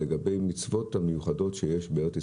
לגבי המצוות המיוחדות שיש בארץ ישראל.